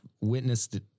witnessed